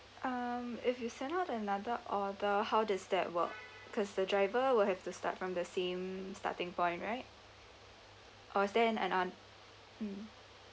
um if you send out another order how does that work cause the driver will have to start from the same starting point right or is there ano~ mm